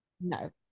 No